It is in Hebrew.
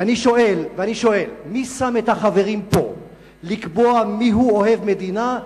ואני שואל: מי שם את החברים פה לקבוע מיהו אוהב מדינה,